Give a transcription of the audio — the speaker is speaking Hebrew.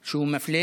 שהוא מפלה,